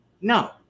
No